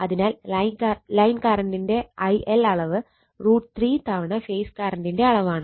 അതിനാൽ ലൈൻ കറണ്ടിന്റെ IL അളവ് √ 3 തവണ ഫേസ് കറണ്ടിന്റെ അളവാണ്